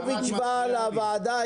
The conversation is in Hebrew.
מיקי חיימוביץ' באה לוועדה.